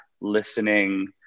listening